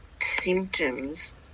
symptoms